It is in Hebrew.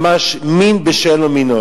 ממש מין בשאינו מינו.